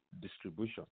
distribution